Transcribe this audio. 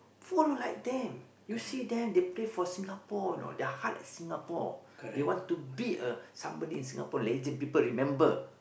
follow like them you see them they play for Singapore you know their heart at Singapore they want to beat a somebody in Singapore lazy people remember